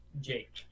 Jake